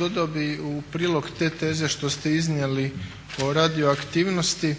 dodao bih u prilog te teze što ste iznijeli o radioaktivnosti